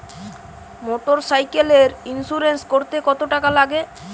মোটরসাইকেলের ইন্সুরেন্স করতে কত টাকা লাগে?